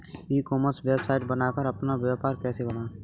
ई commerce website बनाकर अपना व्यापार कैसे बढ़ाएँ?